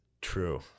true